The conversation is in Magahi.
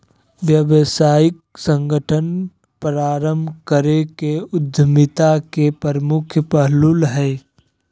व्यावसायिक संगठन प्रारम्भ करे के उद्यमिता के मुख्य पहलू हइ